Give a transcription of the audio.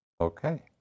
Okay